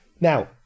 Now